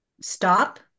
Stop